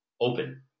open